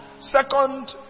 Second